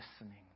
listening